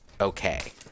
okay